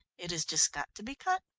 it has just got to be cut,